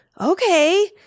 Okay